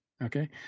Okay